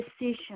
decision